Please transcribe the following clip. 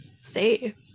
safe